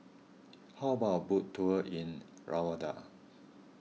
how about a boat tour in Rwanda